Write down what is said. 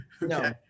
no